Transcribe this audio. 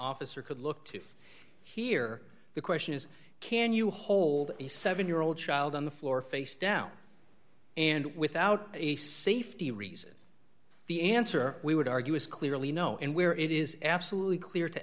officer could look to hear the question is can you hold a seven year old child on the floor face down and without a safety reason the answer we would argue is clearly no and where it is absolutely clear to